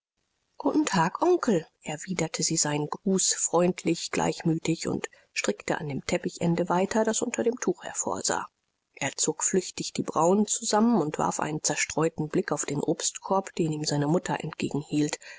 guten tag onkel erwiderte sie seinen gruß freundlich gleichmütig und stickte an dem teppichende weiter das unter dem tuch hervorsah er zog flüchtig die brauen zusammen und warf einen zerstreuten blick auf den obstkorb den ihm seine mutter